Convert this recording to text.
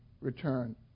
return